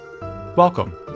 Welcome